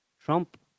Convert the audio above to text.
Trump